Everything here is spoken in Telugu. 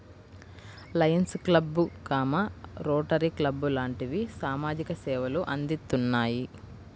లయన్స్ క్లబ్బు, రోటరీ క్లబ్బు లాంటివి సామాజిక సేవలు అందిత్తున్నాయి